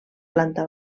planta